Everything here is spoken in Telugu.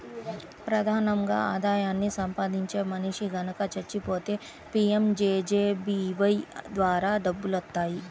ప్రధానంగా ఆదాయాన్ని సంపాదించే మనిషి గనక చచ్చిపోతే పీయంజేజేబీవై ద్వారా డబ్బులొత్తాయి